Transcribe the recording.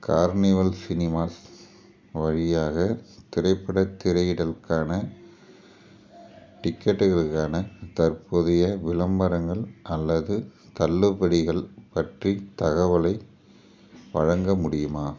carnival Cinemas வழியாக திரைப்படத் திரையிடலுக்கான டிக்கெட்டுகளுக்கான தற்போதைய விளம்பரங்கள் அல்லது தள்ளுபடிகள் பற்றித் தகவலை வழங்க முடியுமா